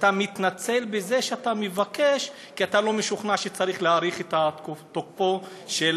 שאתה מתנצל על זה שאתה מבקש כי אתה לא משוכנע שצריך להאריך את תוקפו של